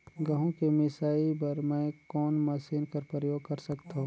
गहूं के मिसाई बर मै कोन मशीन कर प्रयोग कर सकधव?